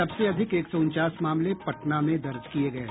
सबसे अधिक एक सौ उनचास मामले पटना में दर्ज किये गये